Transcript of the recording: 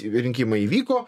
rinkimai įvyko